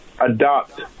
adopt